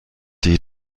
die